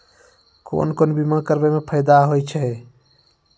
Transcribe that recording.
कोन कोन बीमा कराबै मे फायदा होय होय छै?